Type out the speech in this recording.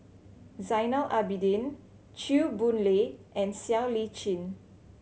Zainal Abidin Chew Boon Lay and Siow Lee Chin